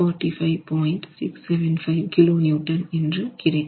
675 kN என்று கிடைக்கிறது